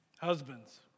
husbands